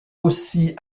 aussi